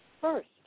first